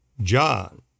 John